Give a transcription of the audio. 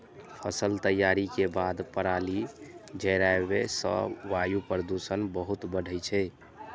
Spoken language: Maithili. फसल तैयारी के बाद पराली जराबै सं वायु प्रदूषण बहुत बढ़ै छै